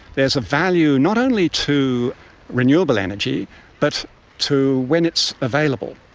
there is a value not only to renewable energy but to when it's available.